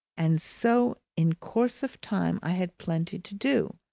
and so in course of time i had plenty to do,